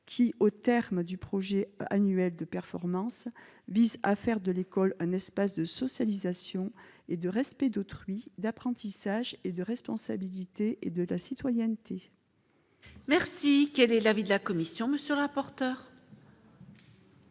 qui, aux termes du projet annuel de performance vise à faire de l'école, un espace de socialisation et de respect d'autrui, d'apprentissage et de responsabilité et de la citoyenneté. Merci, quel est l'avis de la commission, monsieur le rapporteur.